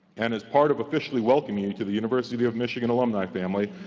and as part of officially welcoming you to the university of michigan alumni family,